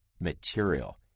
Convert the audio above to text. material